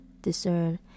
discern